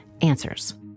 answers